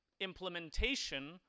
implementation